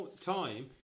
time